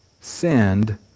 send